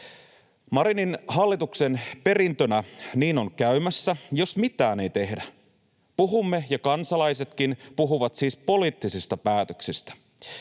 Marinin hallituksen perintönä niin on käymässä, jos mitään ei tehdä. Puhumme ja kansalaisetkin puhuvat siis poliittisesta päätöksestä.